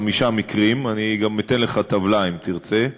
חמישה מקרים, גם אתן לך טבלה, אם תרצה.